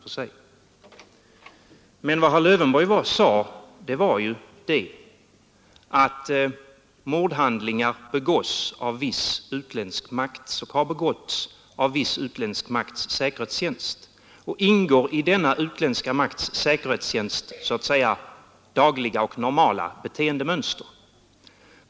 Herr Lövenborg sade, att mordhandlingar begåtts av viss utländsk makts säkerhetstjänst, och de ingår i denna utländska makts säkerhetstjänsts så att säga dagliga och normala beteendemönster.